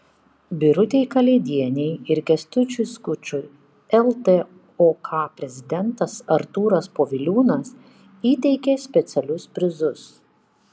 birutei kalėdienei ir kęstučiui skučui ltok prezidentas artūras poviliūnas įteikė specialius prizus